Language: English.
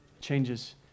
changes